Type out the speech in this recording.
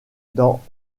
dans